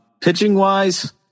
Pitching-wise